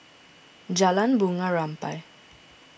Jalan Bunga Rampai